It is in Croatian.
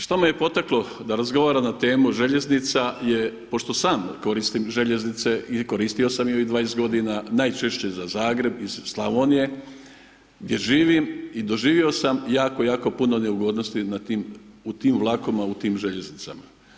Što me je potaklo da razgovaram na temu željeznica je pošto sam koristim željeznice i koristio sam ih već 20 g., najčešće za Zagreb iz Slavonije, gdje živim i doživio sam jako, jako puno neugodnosti u tim vlakovima, u tim željeznicama.